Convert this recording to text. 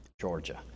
Georgia